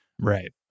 Right